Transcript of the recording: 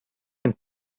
and